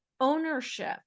ownership